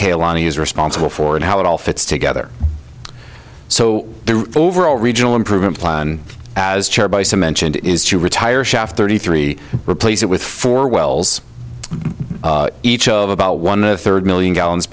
khela is responsible for and how it all fits together so the overall regional improvement plan as chair by some mentioned is to retire shaft thirty three replace it with four wells each of about one third million gallons